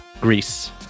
Greece